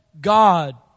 God